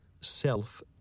Self